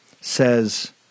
says